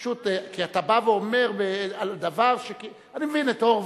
פשוט אתה בא ואומר על דבר, אני מבין את הורוביץ,